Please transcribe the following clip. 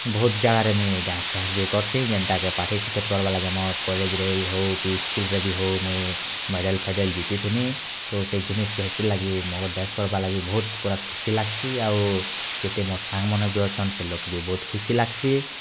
ବହୁତ୍ ଜାଗାରେ ମୁଇଁ ଇ ଡ଼୍ୟାନ୍ସଫ୍ୟାନ୍ସ୍ ବି କରର୍ସିଁ ଯେନ୍ତା କି ପାର୍ଟିସିପେଟ୍ କର୍ବା ଲାଗି ଆମର୍ କଲେଜ୍ ରେ ଇ ହେଉ କି ସ୍କୁଲ୍ ରେ ବି ହେଉ ମୁଇଁ ମେଡ଼ାଲ୍ ଫେଡ଼ାଲ୍ ଜିତିଥିଲି ତ ସେଇ ଜିନିଷ୍ ଟେ ହେଥିର୍ ଲାଗି ମୋର୍ ଡ଼୍ୟାନ୍ସ କର୍ବାର୍ ଲାଗି ବହୁତ୍ ପୁରା ଖୁସି ଲାଗ୍ସି ଆଉ ଯେତେ ମୋର୍ ସାଙ୍ଗମାନେ ବି ଅଛନ୍ ସେ ଲୋକ୍ ବି ବହୁତ୍ ଖୁସି ଲାଗ୍ସି